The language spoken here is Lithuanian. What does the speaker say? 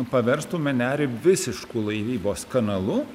paverstume nerį visišku laivybos kanalu